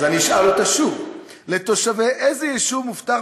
אז אני אשאל אותה שוב: לתושבי איזה יישוב הובטח